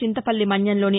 Chintapalli మన్యంలోని